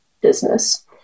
business